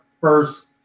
first